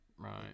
Right